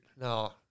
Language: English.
No